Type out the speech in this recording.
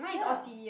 ya